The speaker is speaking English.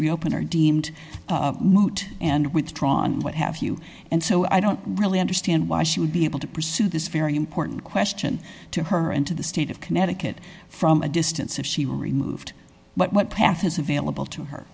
reopen are deemed moot and withdrawn what have you and so i don't really understand why she would be able to pursue this very important question to her and to the state of connecticut from a distance of she removed but what path is available to her